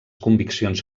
conviccions